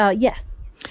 ah yes.